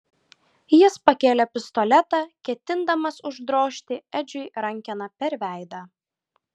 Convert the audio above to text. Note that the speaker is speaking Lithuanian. jis pakėlė pistoletą ketindamas uždrožti edžiui rankena per veidą